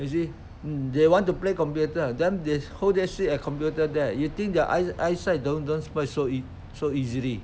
you see they want to play computer then they whole day sit at computer there you think their eye eye sight don't don't spoil so so easily